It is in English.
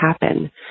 happen